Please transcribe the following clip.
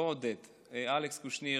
פה, לא עודד אלא אלכס קושניר.